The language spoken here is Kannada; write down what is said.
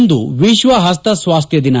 ಇಂದು ವಿಶ್ವ ಪಸ್ತ ಸ್ಪಾಸ್ತ್ರ ದಿನ